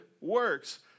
works